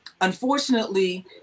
unfortunately